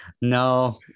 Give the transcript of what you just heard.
No